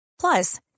Plus